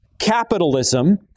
Capitalism